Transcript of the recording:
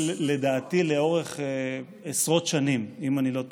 לדעתי, לאורך עשרות שנים, אם אני לא טועה.